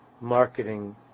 marketing